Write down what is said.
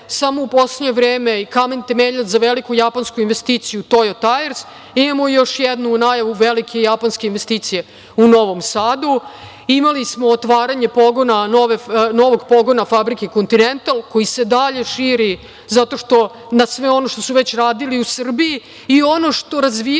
Samo u poslednje vreme i kamen temeljac za veliku japansku investiciju „Tojo Tajers“. Imamo još jednu najavu velike japanske investicije u Novom Sadu. Imali smo otvaranje novog pogona fabrike „Kontinental“ koji se dalje širi zato što na sve ono što su već radili u Srbiji i ono što razvijaju